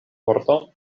vorto